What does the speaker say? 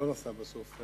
שלא נשא דברים,